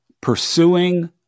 Pursuing